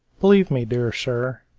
believe me, dear sir,